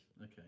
Okay